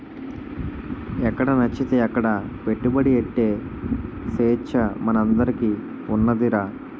ఎక్కడనచ్చితే అక్కడ పెట్టుబడి ఎట్టే సేచ్చ మనందరికీ ఉన్నాదిరా